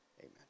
Amen